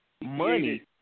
money